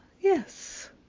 Yes